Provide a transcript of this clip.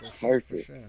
Perfect